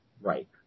Right